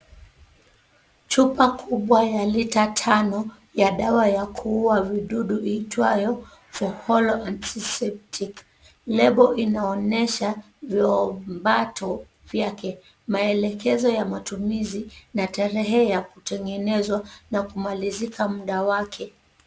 Chupa kubwa ya lita tano ya dawa ya kuua vidudu iitwayo Faholo Antiseptic. Lebo inaonyesha viombato vyake, maelekezo ya matumizi na tarehe ya kutengenezwa na kumalizika muda wake.